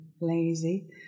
lazy